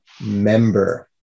member